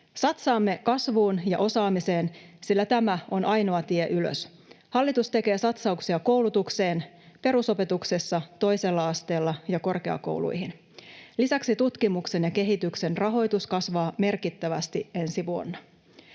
Satsaamme kasvuun ja osaamiseen, sillä tämä on ainoa tie ylös. Hallitus tekee satsauksia koulutukseen perusopetuksessa, toisella asteella ja korkeakouluissa. Lisäksi tutkimuksen ja kehityksen rahoitus kasvaa merkittävästi ensi vuonna.